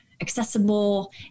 accessible